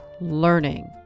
learning